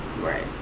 Right